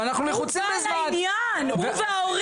אני נורמלית בהחלט.